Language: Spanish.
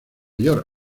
york